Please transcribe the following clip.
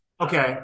okay